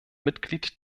mitglied